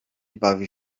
bawi